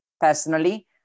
personally